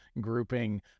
grouping